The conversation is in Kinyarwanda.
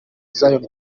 zion